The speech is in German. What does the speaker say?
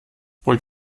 wollt